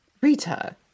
Rita